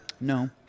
No